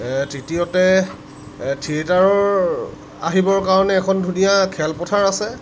তৃতীয়তে থিয়েটাৰৰ আহিবৰ কাৰণে এখন ধুনীয়া খেলপথাৰ আছে